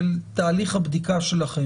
תהליך הבדיקה שלכם?